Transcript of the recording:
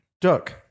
duck